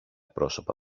πρόσωπα